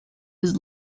his